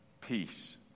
peace